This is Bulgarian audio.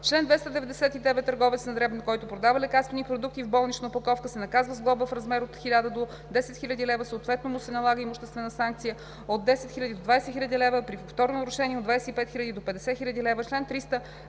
Чл. 299. Търговец на дребно, който продава лекарствени продукти в болнична опаковка, се наказва с глоба в размер от 1000 лв. до 10 000 лв., съответно му се налага имуществена санкция от 10 000 до 20 000 лв., а при повторно нарушение – от 25 000 до 50 000 лв.